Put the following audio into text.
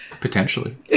Potentially